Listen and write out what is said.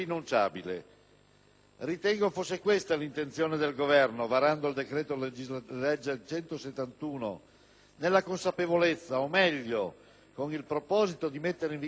Ritengo fosse questa l'intenzione del Governo quando ha varato il decreto-legge n. 171, nella consapevolezza, o meglio, con il proposito di mettere in vigore da subito,